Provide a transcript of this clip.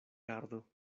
gardo